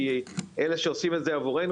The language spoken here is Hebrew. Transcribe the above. כי אלה שעושים את זה עבורנו,